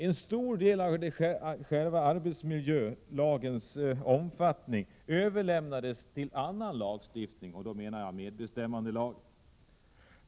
En stor del av det som omfattas av själva arbetsmiljölagen överlämnades till annan lagstiftning, nämligen medbestämmandelagen.